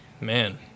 Man